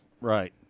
Right